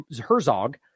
Herzog